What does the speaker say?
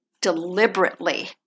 deliberately